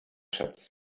schatz